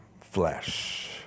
flesh